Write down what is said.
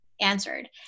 answered